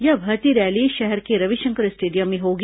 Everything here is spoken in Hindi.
यह भर्ती रैली शहर के रविशंकर स्टेडियम में होगी